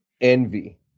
envy